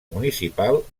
municipal